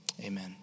amen